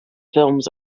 films